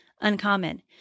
uncommon